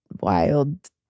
wild